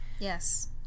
Yes